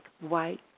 white